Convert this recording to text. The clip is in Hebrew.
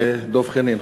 לדב חנין,